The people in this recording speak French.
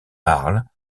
arles